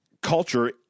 culture